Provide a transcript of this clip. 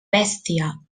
bèstia